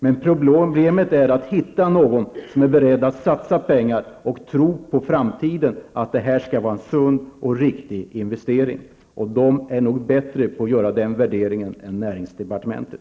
Men problemet är att hitta någon som är beredd att satsa pengar och som tror att detta är en sund och riktig investering för framtiden. Näringslivet är nog bättre på att göra den värderingen än näringsdepartementet.